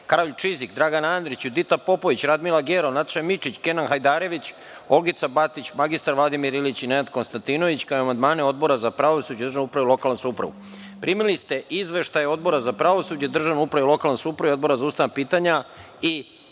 Karolj Čizik, Dragan Andrić, Judita Popović, Radmila Gerov, Nataša Mićić, Kenan Hajdarević, Olgica Batić, mr Vladimir Ilić i Nenad Konstantinović, kao i amandmane Odbora za pravosuđe, državnu upravu i lokalnu samoupravu. Primili ste izveštaj Odbora za pravosuđe, državnu upravu i lokalnu samoupravu i Odbora za ustavna pitanja i